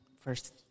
first—